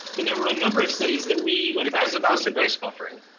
and there were a number of studies that we because of acid-base buffering.